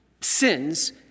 sins